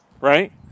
right